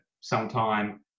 sometime